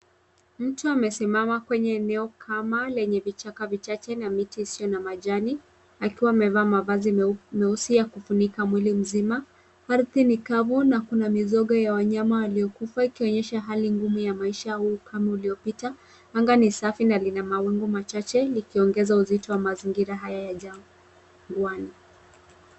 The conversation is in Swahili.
Mtu amesimama kwenye eneo kama lenye vichaka vichache na miti isiyo na majani, akiwa amevaa mavazi meusi ya kufunika mwili mzima. Ardhi ni kavu na kuna mizoga ya wanyama waliokufa ikionyesha hali ngumu ya maisha au ukame uliopita. Anga ni safi na lina mawingu machache likiongeza uzito wa mazingira haya ya jangwani.